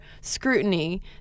scrutiny